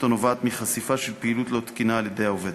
הנובעת מחשיפה של פעילות לא תקינה על-ידיהם.